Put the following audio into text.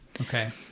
Okay